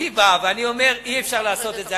אני בא ואומר: אי-אפשר לעשות את זה.